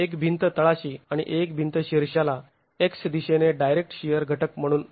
एक भिंत तळाशी आणि एक भिंत शीर्षाला x दिशेने डायरेक्ट शिअर घटक म्हणून